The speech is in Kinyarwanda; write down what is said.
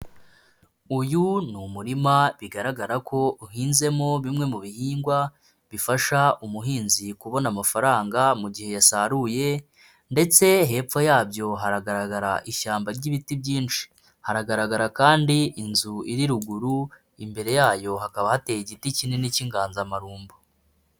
Uyu ni umurima bigaragara ko uhinzemo bimwe mu bihingwa. Bifasha umuhinzi kubona amafaranga mu gihe yasaruye ndetse hepfo yabyo, haragaragara ishyamba ry'ibiti byinshi. Haragaragara kandi inzu iri ruguru, imbere yayo hakaba hateye igiti kinini k'inganzamarumbo.